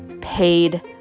paid